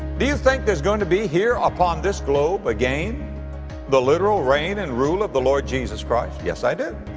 do you think there's going to be here upon this globe again the literal reign and rule of the lord jesus christ? yes i do.